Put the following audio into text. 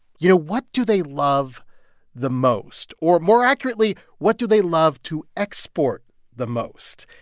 you know, what do they love the most? or more accurately, what do they love to export the most?